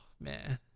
man